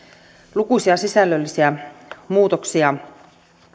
lukuisia sisällöllisiä muutoksia